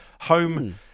home